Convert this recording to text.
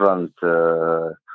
different